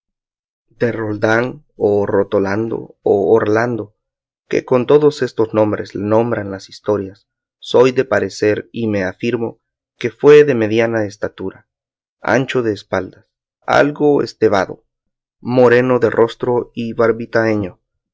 de roldán o rotolando o orlando que con todos estos nombres le nombran las historias soy de parecer y me afirmo que fue de mediana estatura ancho de espaldas algo estevado moreno de rostro y